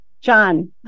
John